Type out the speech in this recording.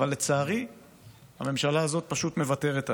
לצערי הממשלה הזאת פשוט מוותרת עליהם,